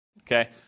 okay